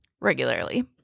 regularly